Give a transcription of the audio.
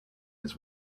his